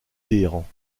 téhéran